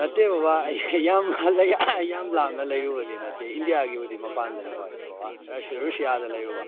ꯅꯠꯇꯦ ꯕꯕꯥ ꯑꯩ ꯌꯥꯝ ꯑꯩ ꯌꯥꯝ ꯂꯥꯞꯅ ꯂꯩꯔꯨꯕꯗꯤ ꯅꯠꯇꯦ ꯏꯟꯗꯤꯌꯥꯒꯤꯕꯨꯗꯤ ꯃꯄꯥꯟꯗꯅꯤ ꯍꯣꯏ ꯕꯕꯥ ꯔꯨꯁꯤꯌꯥꯗ ꯂꯩꯔꯨꯕ